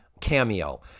cameo